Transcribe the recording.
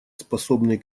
способный